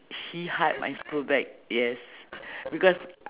he hide my school bag yes because